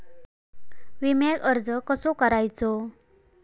विम्याक अर्ज कसो करायचो?